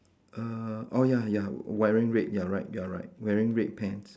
err orh ya ya wearing red you are right you are right wearing red pants